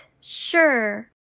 sure